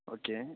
okay